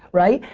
right?